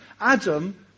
Adam